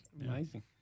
Amazing